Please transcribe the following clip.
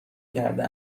کرده